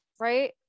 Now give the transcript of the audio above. right